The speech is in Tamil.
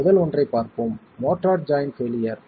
எனவே முதல் ஒன்றைப் பார்ப்போம் மோர்ட்டார் ஜாய்ண்ட் பெயிலியர்